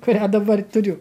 kurią dabar turiu